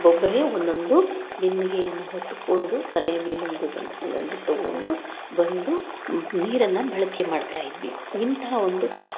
ಒಬ್ಬೊಬ್ಬರೆ ಒಂದೊಂದು ಬಿಂದಿಗೆಯನ್ನು ಹೊತ್ತುಕೊಂಡು ತಲೆಯ ಮೇಲೊಂದು ಸೊಂಟದ ಮೇಲೊಂದು ತೊಗೊಂಡು ಬಂದು ನೀರನ್ನು ಬಳಕೆ ಮಾಡ್ತಾ ಇದ್ವಿ ಇಂತಹ ಒಂದು